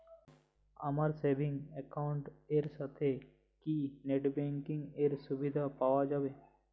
আমার savings account এর সাথে কি নেটব্যাঙ্কিং এর সুবিধা পাওয়া যাবে?